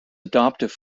adoptive